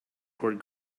toward